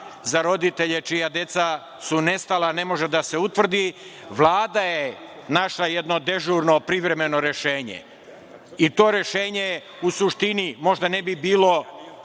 za roditelje čija deca su nestala, ne može da se utvrdi, Vlada je našla jedno dežurno privremeno rešenje i to rešenje u suštini možda ne bi bilo